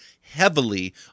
heavily